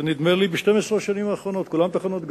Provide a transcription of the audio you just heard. נדמה לי, ב-12 השנים האחרונות, כולן תחנות גז.